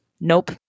Nope